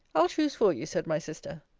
i'll choose for you, said my sister.